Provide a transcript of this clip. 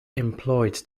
employed